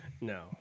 No